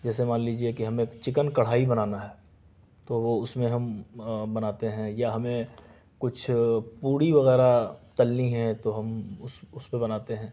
جیسے مان لیجیے کہ ہمیں چکن کڑھائی بنانا ہے تو وہ اس میں ہم بناتے ہیں یا ہمیں کچھ پوڑی وغیرہ تلنی ہے تو ہم اس اس پہ بناتے ہیں